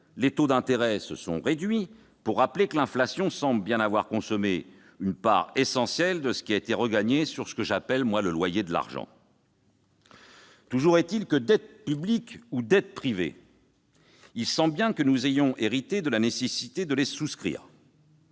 les taux d'intérêt se sont réduits, et noterons, pour notre part, que l'inflation semble bien avoir consommé une part essentielle de ce qui a été regagné sur ce que j'appelle, quant à moi, le « loyer de l'argent ». Toujours est-il que, dette publique ou dette privée, il semble bien que nous ayons hérité de la nécessité de les souscrire,